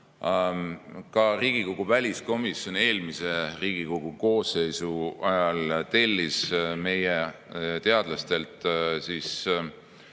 Ka Riigikogu väliskomisjon eelmise Riigikogu koosseisu ajal tellis meie teadlastelt